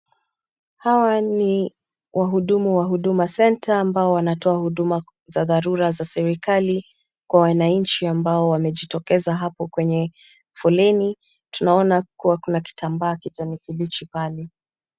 Hawa ni wahudumu wa huduma centre ambao wanatoa huduma za dharura za serikali kwa wananchi ambao wamejitokeza hapo kwenye foleni. Tunaona kuwa kuna kitambaa cha kibichi pale.